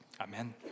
Amen